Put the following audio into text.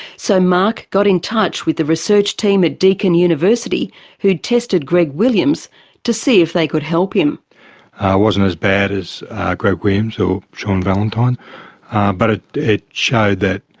so marc got in touch with the research team at deakin university who had tested greg williams to see if they could help him. i wasn't as bad as greg williams or shaun valentine but ah it showed that,